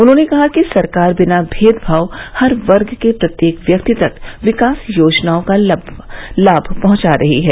उन्होंने कहा कि सरकार बिना भेदभाव हर वर्ग के प्रत्येक व्यक्ति तक विकास योजनाओं का लाभ पहुंचा रही है